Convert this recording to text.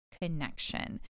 connection